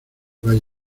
valle